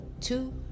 two